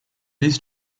these